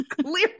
Clearly